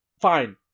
Fine